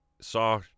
saw